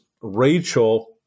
Rachel